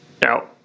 Now